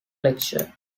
lecture